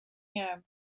iawn